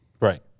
Right